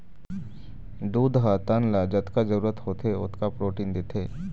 दूद ह तन ल जतका जरूरत होथे ओतका प्रोटीन देथे